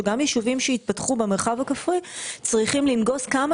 שגם יישובים שהתפתחו במרחב הכפרי צריכים לנגוס כמה